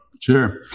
Sure